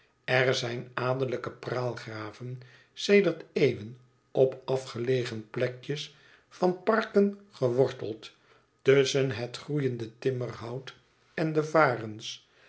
er zijn adellijke praalgraven sedert eeuwen op afgelegen plekjes van parken geworteld tusschen het groeiende timmerhout en de varens